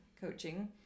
coaching